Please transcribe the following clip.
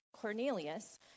Cornelius